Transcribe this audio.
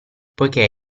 poiché